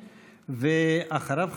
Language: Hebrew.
ואחריו,